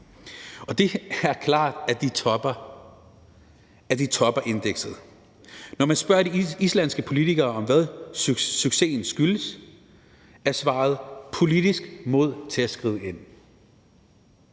Det er klart, at de topper indekset. Når man spørger de islandske politikere om, hvad succesen skyldes, er svaret: politisk mod til at skride ind.